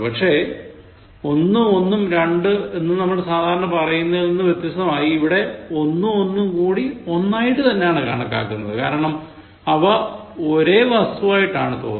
പക്ഷേ ഒന്നും ഒന്നും രണ്ട് എന്ന് നമ്മൾ സാധാരണ പറയുന്നതിൽ നിന്ന് വ്യത്യസ്തമായി ഇവിടെ ഒന്നും ഒന്നും കൂടി ഒന്നായിട്ടു തന്നെയാണ് കണക്കാക്കുന്നത് കാരണം അവ ഒരേ വസ്തുവായിട്ടാണ് തോന്നുന്നത്